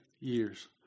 years